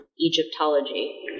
Egyptology